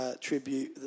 tribute